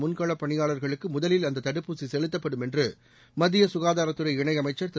முன்களப்பணியாளர்களுக்கு முதலில் அந்த தடுப்பூசி செலுத்தப்படும் என்று மத்திய சுகாதாரத்துறை இணையமைச்சர் திரு